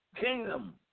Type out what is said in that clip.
kingdom